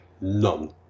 None